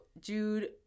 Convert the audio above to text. Jude